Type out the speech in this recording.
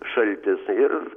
šaltis ir